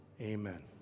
Amen